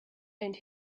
and